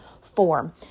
form